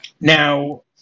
Now